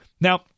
Now